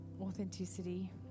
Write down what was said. authenticity